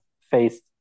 faced